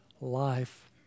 life